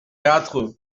quatre